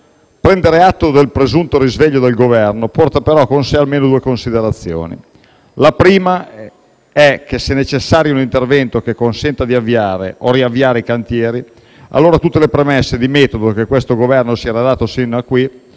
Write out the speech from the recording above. Prendere atto del presunto risveglio del Governo porta però con sé almeno due considerazioni. La prima è che se è necessario un intervento che consenta di avviare o riavviare i cantieri, allora tutte le premesse di metodo che questo Governo si era dato fino a qui,